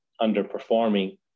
underperforming